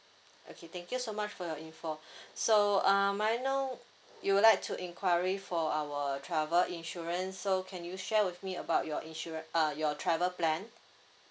okay thank you so much for your info so uh may I know you would like to enquiry for our travel insurance so can you share with me about your insurance uh your travel plan